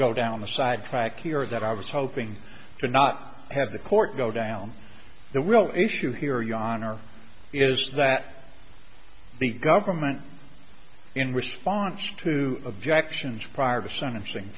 go down the side track here that i was hoping to not have the court go down the real issue here your honor is that the government in response to objections prior the sentencing